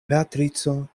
beatrico